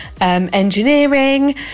engineering